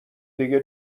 دیگه